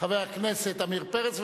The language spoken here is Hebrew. חבר הכנסת עמיר פרץ,